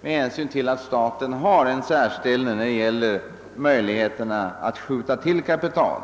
med hänsyn till att staten har en särställning när det gäller möjligheterna att skjuta till kapital.